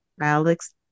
Alex